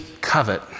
covet